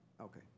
Okay